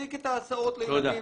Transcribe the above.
להפסיק את ההסעות לילדים.